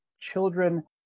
children